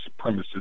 supremacists